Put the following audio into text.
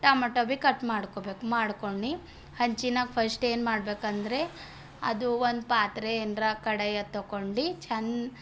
tomato ಬಿ cut ಮಾಡ್ಕೊಬೇಕು ಮಾಡ್ಕೊಂಡು ಹಂಚಿನಾಗ್ ಫಸ್ಟ್ ಏನು ಮಾಡಬೇಕು ಅಂದರೆ ಅದು ಒಂದು ಪಾತ್ರೆ ಏನರ ಕಡಾಯಿ ಅದು ತಗೊಂಡು ಚೆಂದ